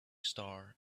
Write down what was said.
star